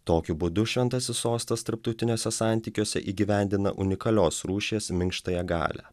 tokiu būdu šventasis sostas tarptautiniuose santykiuose įgyvendina unikalios rūšies minkštąją galią